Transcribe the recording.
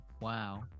wow